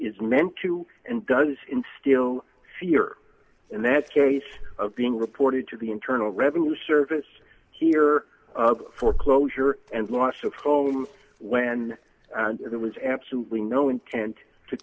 is meant to and does instill fear in that case of being reported to the internal revenue service here for closure and loss of when there was absolutely no intent to